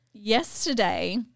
Yesterday